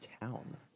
town